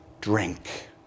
drink